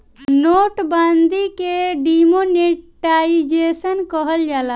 note बंदी के demonetisation कहल जाला